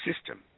system